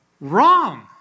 Wrong